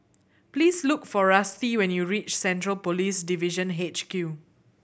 please look for Rusty when you reach Central Police Division H Q